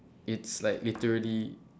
it's like literally